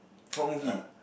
what movie